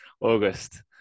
August